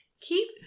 Keep